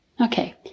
Okay